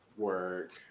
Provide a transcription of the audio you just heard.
work